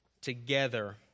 together